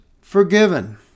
forgiven